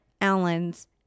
Allen's